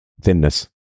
thinness